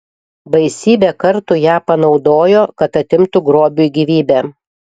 baisybę kartų ją panaudojo kad atimtų grobiui gyvybę